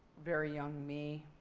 very young me.